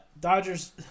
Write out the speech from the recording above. dodgers